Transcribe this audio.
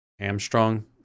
Armstrong